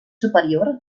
superior